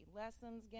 lessons